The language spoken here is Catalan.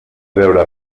veure